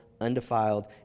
undefiled